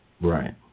Right